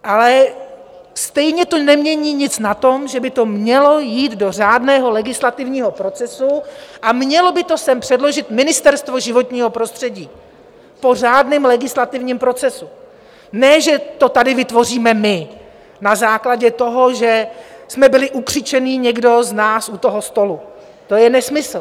Ale stejně to nemění nic na tom, že by to mělo jít do řádného legislativního procesu a mělo by to sem předložit Ministerstvo životního prostředí po řádném legislativním procesu, ne že to tady vytvoříme my na základě toho, že jsme byli ukřičení někdo z nás u toho stolu, to je nesmysl.